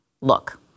look